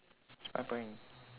smart boy